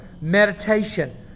meditation